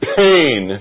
pain